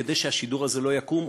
כדי שהשידור הזה לא יקום,